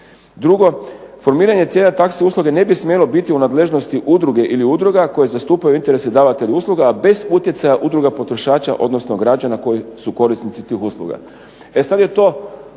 Drugo, formiranje cijena taxi usluge ne bi smjelo biti u nadležnosti udruge ili udruga a koje zastupaju interese davatelji usluga, a bez utjecaja udruga potrošača, odnosno građana koji su korisnici tih usluga.